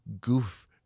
goof